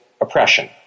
oppression